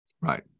Right